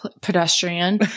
pedestrian